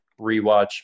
rewatch